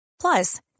Plus